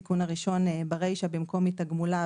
תיקון הראשון ברישא במקום מתגמוליו